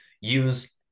use